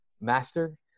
master